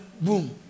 boom